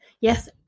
yes